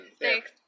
Thanks